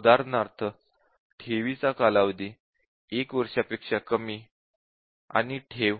उदाहरणार्थ ठेवीचा कालावधी 1 वर्षापेक्षा कमी आणि ठेव